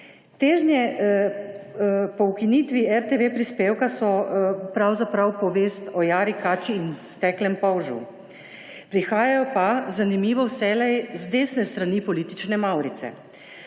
Težnje po ukinitvi RTV prispevka so pravzaprav povest o jari kači in steklem polžu. Prihajajo pa, zanimivo, vselej z desne strani politične mavrice.